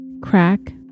Crack